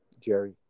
Jerry